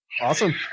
Awesome